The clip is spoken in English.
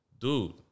dude